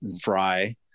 fry